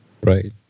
Right